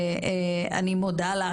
אני מודה על ההופעה,